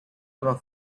about